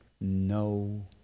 no